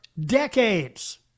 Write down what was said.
decades